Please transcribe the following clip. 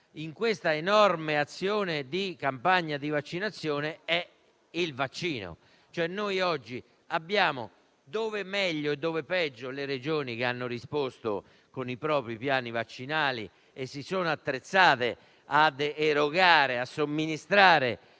in questa enorme azione di campagna di vaccinazione è il vaccino. Abbiamo oggi, dove meglio e dove peggio, le Regioni che hanno risposto con i propri piani vaccinali e si sono attrezzate ad erogare e somministrare